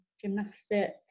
gymnastics